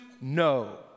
No